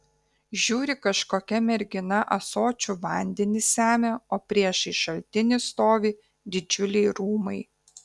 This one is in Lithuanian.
žiūri kažkokia mergina ąsočiu vandenį semia o priešais šaltinį stovi didžiuliai rūmai